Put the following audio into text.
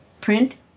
print